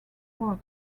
water